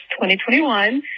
2021